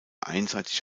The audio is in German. einseitig